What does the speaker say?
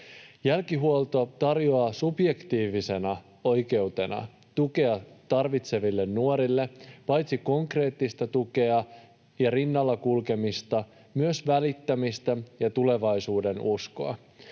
Jälkihuolto tarjoaa subjektiivisena oikeutena tukea tarvitseville nuorille paitsi konkreettista tukea ja rinnalla kulkemista myös välittämistä ja tulevaisuudenuskoa.